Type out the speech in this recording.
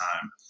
time